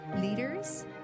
leaders